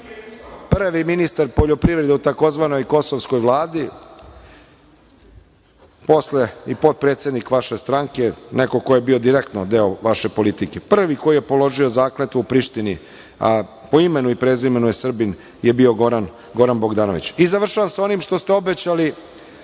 Prvi ministar poljoprivrede u tzv. kosovskoj vladi, a posle i potpredsednik vaše stranke, neko ko je bio direktno deo vaše politike, prvi koji je položio zakletvu u Prištini, a po imenu i prezimenu je Srbin je bio Goran Bogdanović. Završavam sa onim što ste obećali,